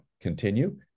continue